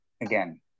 again